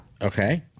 Okay